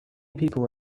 people